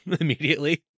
immediately